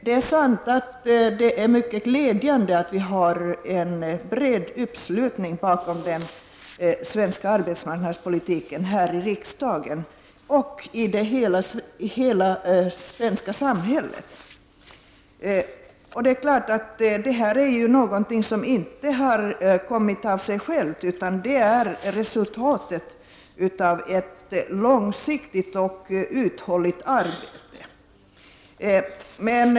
Det är riktigt och det är glädjande att vi har en mycket bred uppslutning bakom den svenska arbetsmarknadspolitiken både här i riksdagen och i hela det svenska samhället. Det är klart att detta är någonting som inte har kommit av sig självt, utan det är resultatet av ett långsiktigt och uthålligt arbete.